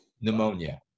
pneumonia